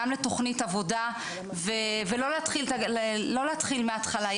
גם לתוכנית עבודה ולא להתחיל מהתחלה,